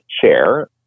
chair